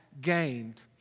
gained